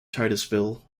titusville